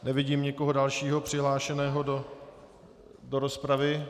Nevidím nikoho dalšího přihlášeného do rozpravy.